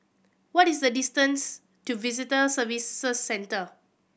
what is the distance to Visitor Services Centre